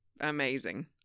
amazing